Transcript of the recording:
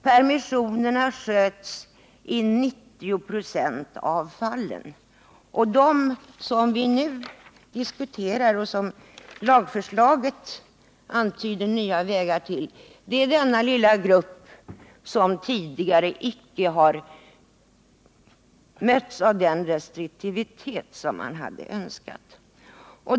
Permissionerna sköts i 90 96 av fallen. Vad vi nu diskuterar och som lagförslaget antyder nya vägar för är den lilla grupp av intagna som tidigare icke mötts av den restriktivitet som man hade önskat.